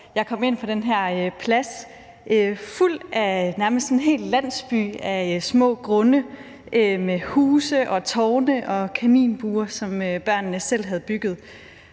Jeg kom ind på den her plads, som nærmest var en hel landsby fuld af små grunde med huse og tårne og kaninbure, som børnene selv havde bygget.